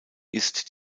ist